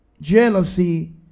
jealousy